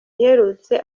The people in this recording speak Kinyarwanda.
iherutse